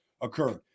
occurred